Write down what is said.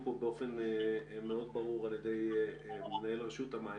פה באופן מאוד ברור על ידי מנהל רשות המים,